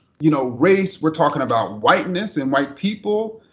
you know, race. we're talking about whiteness and white people,